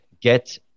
get